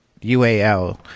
UAL